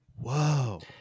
Whoa